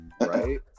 Right